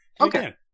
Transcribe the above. Okay